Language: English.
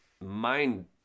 mind